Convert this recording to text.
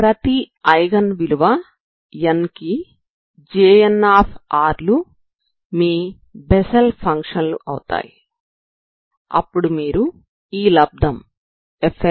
ప్రతి ఐగెన్ విలువ n కి Jn లు మీ బెస్సెల్ ఫంక్షన్ లు అవుతాయి అప్పుడు మీరు ఈ లబ్దం Fnr